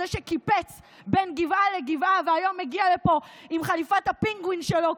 זה שקיפץ בין גבעה לגבעה והיום הגיע לפה עם חליפת הפינגווין שלו,